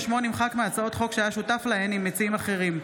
ושמו נמחק מהצעות חוק שהיה שותף להן עם מציעים אחרים.